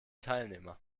teilnehmer